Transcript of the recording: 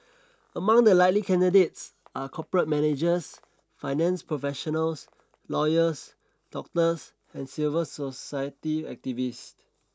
among the likely candidates are corporate managers finance professionals lawyers doctors and civil society activists